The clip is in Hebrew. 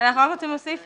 כתוב פה: